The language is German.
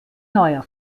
neuer